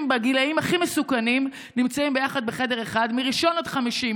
בגילים הכי מסוכנים שנמצאים ביחד בחדר אחד מראשון עד חמישי,